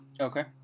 Okay